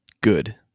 Good